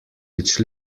which